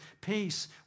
peace